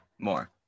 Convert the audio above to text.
more